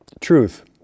truth